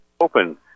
open